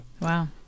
Wow